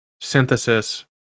synthesis